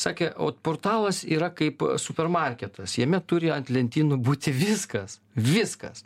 sakė o portalas yra kaip supermarketas jame turi ant lentynų būti viskas viskas